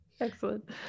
excellent